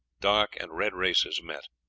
dark, and red races met.